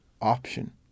option